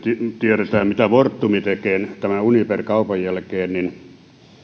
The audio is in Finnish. tiedetään mitä fortum tekee tämän uniper kaupan jälkeen